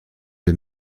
les